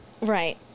Right